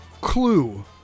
Clue